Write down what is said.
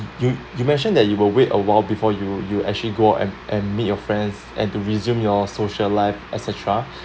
you you mentioned that you will wait awhile before you you actually go and and meet your friends and to resume your social life etc cetera